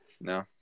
No